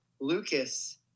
Lucas